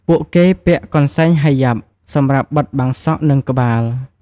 ពួកគេពាក់ កន្សែងហីយ៉ាប់ (Hijab) សម្រាប់បិទបាំងសក់ និងក្បាល។